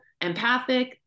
empathic